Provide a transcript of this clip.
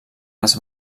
les